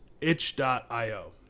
itch.io